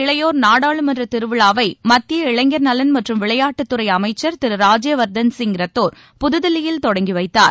இளையோர் நாடாளுமன்ற திருவிழாவை மத்திய இளைஞர்நலன் கேசிய மற்றம் விளையாட்டுத்துறை அமைச்சர் திரு ராஜ்யவர்தன் சிங் ரத்தோர் புதுதில்லியில் தொடங்கி வைத்தார்